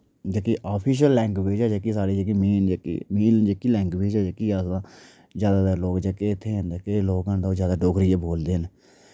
जेह्की official language ऐ जेह्की साढ़ी जेह्की मेन जेह्की लैंग्वेज ऐ जेह्की अस जैदातर लोक जेह्के इत्थैं जेह्ड़े लोक न ते ओह् डोगरी गै बोलदे ऐ